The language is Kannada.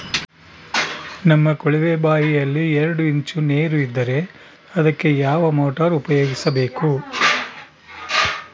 ನಮ್ಮ ಕೊಳವೆಬಾವಿಯಲ್ಲಿ ಎರಡು ಇಂಚು ನೇರು ಇದ್ದರೆ ಅದಕ್ಕೆ ಯಾವ ಮೋಟಾರ್ ಉಪಯೋಗಿಸಬೇಕು?